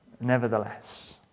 Nevertheless